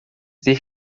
ter